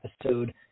episode